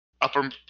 upper